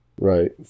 Right